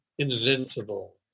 invincible